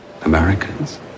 Americans